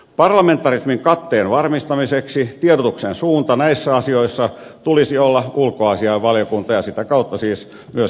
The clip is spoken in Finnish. parlamentarismin katteen varmistamiseksi tiedotuksen suunnan näissä asioissa tulisi olla ulkoasiainvaliokunta ja sitä kautta siis myöskin eduskunta